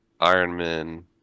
Ironman